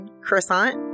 croissant